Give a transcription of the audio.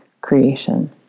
creation